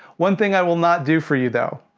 one thing i will not do for you though,